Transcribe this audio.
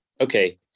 Okay